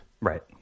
Right